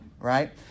right